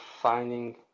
finding